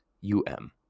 U-M